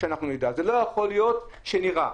לא יכול להיות שנירא.